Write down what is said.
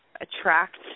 attract